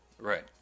right